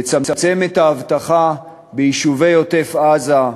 לצמצם את האבטחה ביישובי עוטף-עזה,